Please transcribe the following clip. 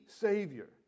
Savior